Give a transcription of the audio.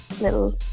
little